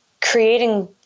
creating